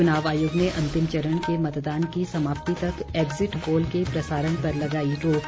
चुनाव आयोग ने अंतिम चरण के मतदान की समाप्ति तक एक्जिट पोल के प्रसारण पर लगाई रोक